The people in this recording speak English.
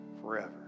forever